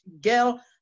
girl